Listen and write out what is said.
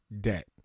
debt